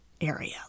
area